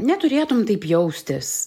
neturėtum taip jaustis